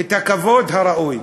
את הכבוד הראוי.